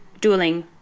dueling